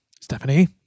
Stephanie